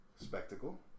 spectacle